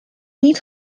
niet